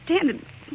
understand